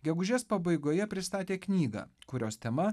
gegužės pabaigoje pristatė knygą kurios tema